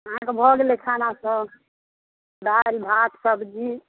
अहाँके भऽ गेलै खानासभ दालि भात सब्जी